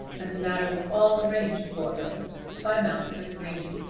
and the matter was all arranged for her by mounser green.